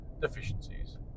deficiencies